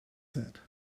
said